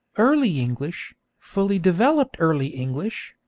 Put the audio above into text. early english, fully developed early english,